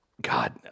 God